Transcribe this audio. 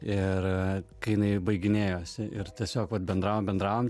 ir kai jinai baiginėjosi ir tiesiog vat bendravom bendravom